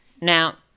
now